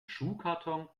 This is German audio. schuhkarton